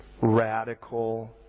radical